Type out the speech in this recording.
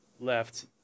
left